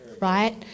right